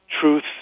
truth